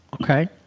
Okay